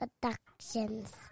productions